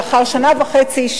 לאחר שנה וחצי,